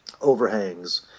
overhangs